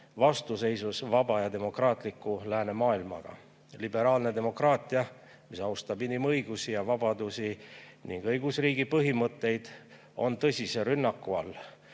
vastuseisus vaba ja demokraatliku läänemaailmaga. Liberaalne demokraatia, mis austab inimõigusi ja vabadusi ning õigusriigi põhimõtteid, on tõsise rünnaku all,